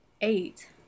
eight